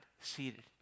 seated